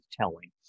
telling